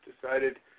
decided